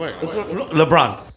Lebron